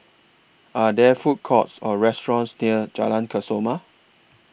Are There Food Courts Or restaurants near Jalan Kesoma